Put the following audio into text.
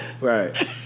Right